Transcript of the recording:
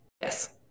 yes